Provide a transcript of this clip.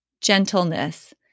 gentleness